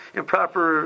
improper